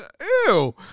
ew